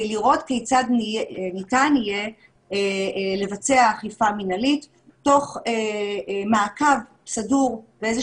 לראות כיצד ניתן יהיה לבצע אכיפה מנהלית תוך מעקב סדור ואיזה